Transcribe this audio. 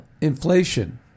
inflation